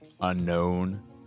unknown